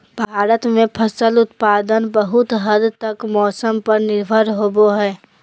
भारत में फसल उत्पादन बहुत हद तक मौसम पर निर्भर होबो हइ